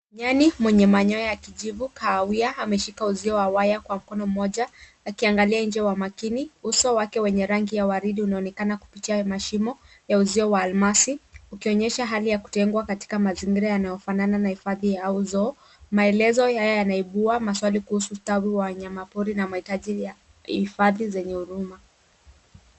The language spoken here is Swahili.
Nyani mwenye manyoya ya kijivu kahawia ameshikilia uzio wa waya kwa mkono moja akiangalia nje wa makini. Uso wake wenye rangi ya waridi unaonekana kupitia mashimo ya uzio wa almasi ukionyesha hali ya kutengwa katika mazingira yanayofanana na hifadhi ya uzo. Maelezo haya yanaibua maswali kuhusu ustawi wa wanyamapori na mahitaji ya hifadhi zenye huruma.